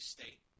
State